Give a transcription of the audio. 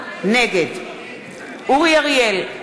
נגד אורי אריאל,